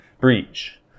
breach